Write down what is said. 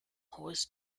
was